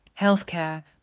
healthcare